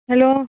hello